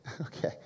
Okay